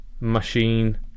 machine